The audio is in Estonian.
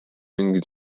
mingit